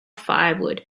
firewood